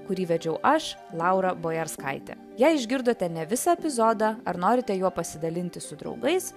kurį vedžiau aš laura bojarskaitė jei išgirdote ne visą epizodą ar norite juo pasidalinti su draugais